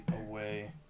away